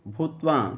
भूत्वा